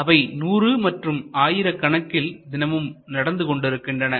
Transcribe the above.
அவை நூறு மற்றும் ஆயிரக்கணக்கில் தினமும் நடந்து கொண்டிருக்கின்றன